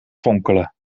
fonkelen